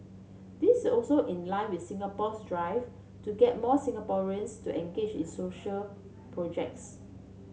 this is also in line with Singapore's drive to get more Singaporeans to engage in social projects